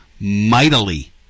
mightily